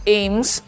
aims